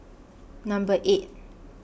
Number eight